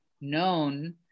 known